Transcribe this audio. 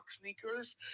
sneakers